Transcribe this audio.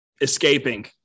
escaping